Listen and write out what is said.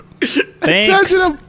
thanks